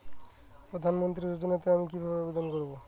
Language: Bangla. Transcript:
প্রধান মন্ত্রী যোজনাতে আমি কিভাবে আবেদন করবো?